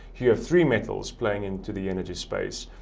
you have three metals playing into the energy space.